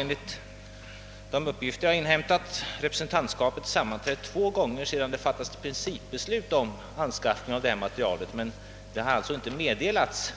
Enligt de uppgifter som jag inhämtat, har representantskapet sammanträtt två gånger sedan det fattades principbeslut om anskaffandet av ifrågavarande material, men detta material har inte underställts